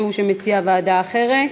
יש מישהו שמציע ועדה אחרת?